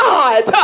God